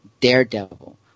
daredevil